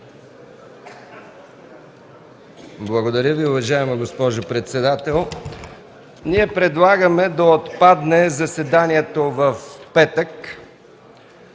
Благодаря Ви, уважаема госпожо председател. Ние предлагаме да отпадне заседанието в петък